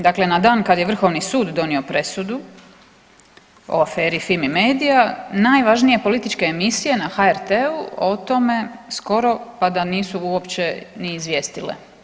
Dakle, na dan kad je Vrhovni sud donio presudu o aferi Fimi-media najvažnije političke emisije na HRT-u o tome skoro pa da nisu uopće ni izvijestile.